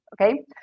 okay